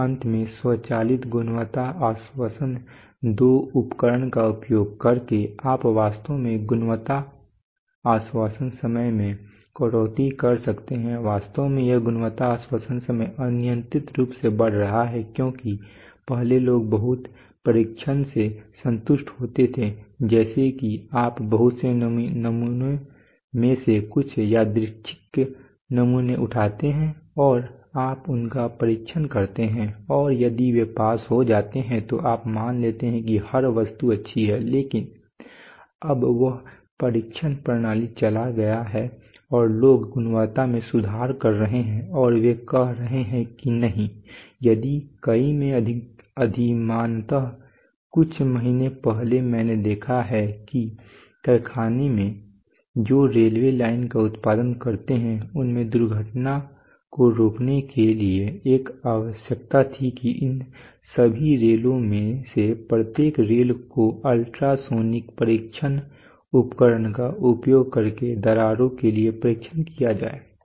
और अंत में स्वचालित गुणवत्ता आश्वासन II उपकरण का उपयोग करके आप वास्तव में गुणवत्ता आश्वासन समय में कटौती कर सकते हैं वास्तव में यह गुणवत्ता आश्वासन समय अनियंत्रित रूप से बढ़ रहा है क्योंकि पहले लोग बहुत परीक्षण से संतुष्ट होते थे जैसे कि आप बहुत से नमूने में से कुछ यादृच्छिक नमूने उठाते हैं और आप उनका परीक्षण करते हैं और यदि वे पास हो जाते हैं तो आप मान लेते हैं कि हर वस्तु अच्छी है लेकिन अब वह परीक्षण प्रणाली चला गया है और लोग गुणवत्ता में सुधार कर रहे हैं और वे कह रहे हैं कि नहीं यदि कई में अधिमानतः कुछ महीने पहले मैंने देखा है कि कारखाने जो रेलवे लाइन का उत्पादन करते हैं उनमें दुर्घटनाओं को रोकने के लिए एक आवश्यकता थी कि इन सभी रेलों में से प्रत्येक रेल को अल्ट्रासोनिक परीक्षण उपकरण का उपयोग करके दरारों के लिए परीक्षण किया जाए